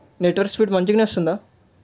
network speed మంచిగానే వస్తుందా